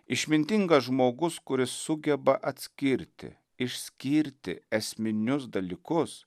išmintingas žmogus kuris sugeba atskirti išskirti esminius dalykus